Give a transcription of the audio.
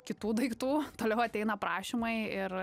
kitų daiktų toliau ateina prašymai ir